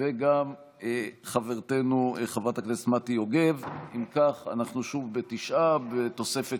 ואחר כך אעביר את שרביט ניהול הישיבה לחבר הכנסת